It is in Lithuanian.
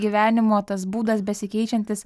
gyvenimo tas būdas besikeičiantis